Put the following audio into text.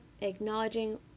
acknowledging